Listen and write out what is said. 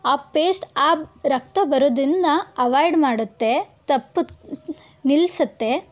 ಆ ಪೇಸ್ಟ್ ಆ ರಕ್ತ ಬರೋದನ್ನು ಅವಾಯ್ಡ್ ಮಾಡುತ್ತೆ ತಪ್ಪುತ್ತೆ ನಿಲ್ಸುತ್ತೆ